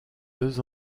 deux